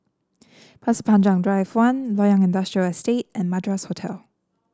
Pasir Panjang Drive One Loyang Industrial Estate and Madras Hotel